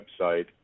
website